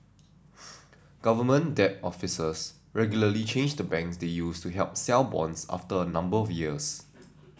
government debt officers regularly change the banks they use to help sell bonds after a number of years